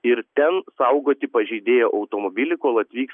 ir ten saugoti pažeidėjo automobilį kol atvyks